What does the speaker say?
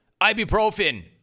ibuprofen